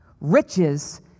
riches